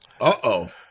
uh-oh